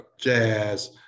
jazz